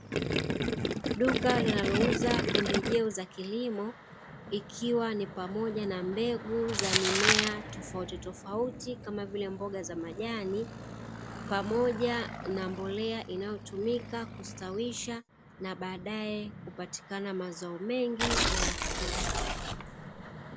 Duka linalouza pembejeo za kilimo ikiwa ni pamoja na mbegu za mimea tofautitofauti kama vile mboga za majani, pamoja na mbolea inayotumika kustawisha na baadae kupatikana mazao mengi na ya kutosha.